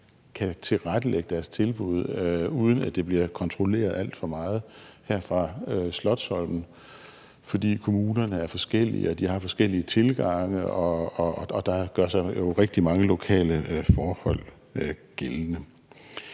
kan tilrettelægge deres tilbud, uden at det bliver kontrolleret alt for meget her fra Slotsholmen, fordi kommunerne er forskellige og de har forskellige tilgange, og der gør sig jo rigtig mange lokale forhold gældende.